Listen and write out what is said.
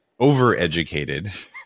overeducated